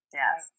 Yes